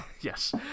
Yes